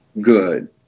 good